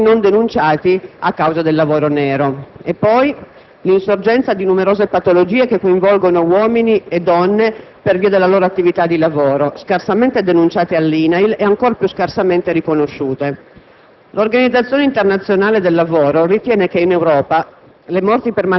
A tali cifre vanno aggiunti i circa 200.000 infortuni non denunciati a causa del lavoro nero e l'insorgenza di numerose patologie che coinvolgono uomini e donne per via della loro attività di lavoro, scarsamente denunciate all'INAIL e ancora più scarsamente riconosciute.